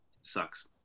sucks